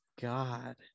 God